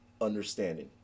understanding